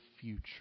future